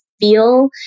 feel